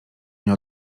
nie